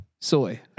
Soy